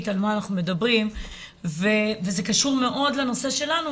על מה אנחנו מדברים וזה קשור מאוד לנושא שלנו,